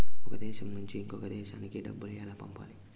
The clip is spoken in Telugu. ఒక దేశం నుంచి ఇంకొక దేశానికి డబ్బులు ఎలా పంపాలి?